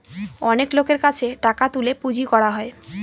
অনেক লোকের কাছে টাকা তুলে পুঁজি করা হয়